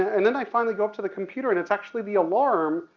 and then i finally go up to the computer and it's actually the alarm,